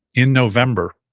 in november,